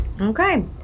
Okay